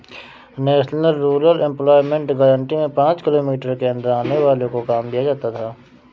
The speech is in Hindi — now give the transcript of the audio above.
नेशनल रूरल एम्प्लॉयमेंट गारंटी में पांच किलोमीटर के अंदर आने वालो को काम दिया जाता था